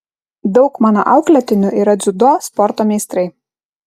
daug mano auklėtinių yra dziudo sporto meistrai